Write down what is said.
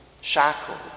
shackled